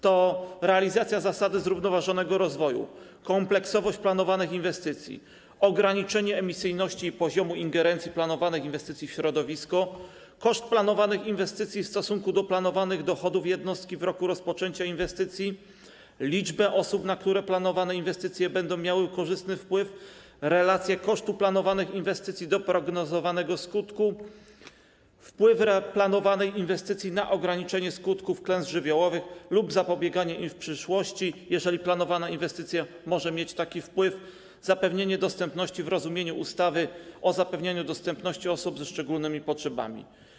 Chodzi o realizację zasady zrównoważonego rozwoju, kompleksowość planowanych inwestycji, ograniczenie emisyjności i poziomu ingerencji planowanych inwestycji w środowisko, koszt planowanych inwestycji w stosunku do planowanych dochodów jednostki w roku rozpoczęcia inwestycji, liczbę osób, na które planowane inwestycje będą miały korzystny wpływ, relacje kosztu planowanych inwestycji do prognozowanego skutku, wpływ planowanych inwestycji na ograniczenie skutków klęsk żywiołowych lub zapobieganie im w przyszłości, jeżeli planowane inwestycje mogą mieć taki wpływ, zapewnienie dostępności w rozumieniu ustawy o zapewnianiu dostępności osobom ze szczególnymi potrzebami.